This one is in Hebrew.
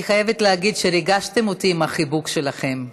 אני חייבת להגיד שריגשתם אותי עם החיבוק שלכם.